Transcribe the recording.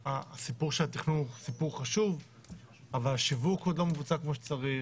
התכנון הוא חשוב אבל השיווק עד לא מבוצע כמו שצריך